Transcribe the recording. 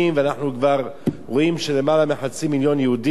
ואנחנו כבר רואים שיותר מחצי מיליון יהודים,